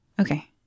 Okay